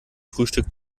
frühstück